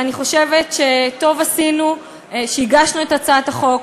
אני חושבת שטוב עשינו שהגשנו את הצעת החוק,